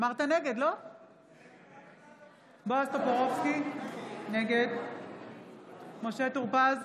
נגד בועז טופורובסקי, נגד משה טור פז,